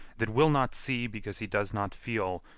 that will not see because he does not feel,